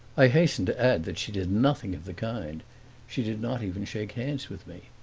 i hasten to add that she did nothing of the kind she did not even shake hands with me.